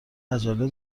عجله